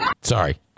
Sorry